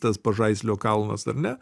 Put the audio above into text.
tas pažaislio kalnas ar ne